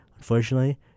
Unfortunately